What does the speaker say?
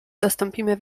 dostąpimy